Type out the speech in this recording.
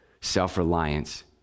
self-reliance